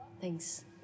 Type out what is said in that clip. Thanks